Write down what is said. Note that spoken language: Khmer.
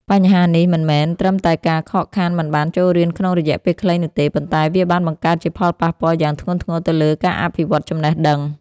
បញ្ហានេះមិនមែនមានត្រឹមតែការខកខានមិនបានចូលរៀនក្នុងរយៈពេលខ្លីនោះទេ ប៉ុន្តែវាបានបង្កើតជាផលប៉ះពាល់យ៉ាងធ្ងន់ធ្ងរទៅលើការអភិវឌ្ឍចំណេះដឹង។